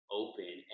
open